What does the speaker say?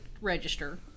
register